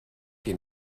que